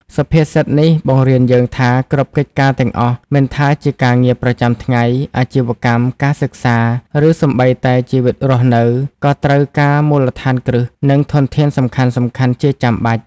សុភាសិតនេះបង្រៀនយើងថា គ្រប់កិច្ចការទាំងអស់ មិនថាជាការងារប្រចាំថ្ងៃ អាជីវកម្ម ការសិក្សា ឬសូម្បីតែជីវិតរស់នៅ ក៏ត្រូវការមូលដ្ឋានគ្រឹះ និងធនធានសំខាន់ៗជាចាំបាច់។